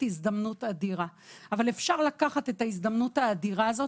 אבל אפשר לקחת את ההזדמנות האדירה הזו,